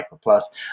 plus